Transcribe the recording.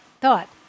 Thought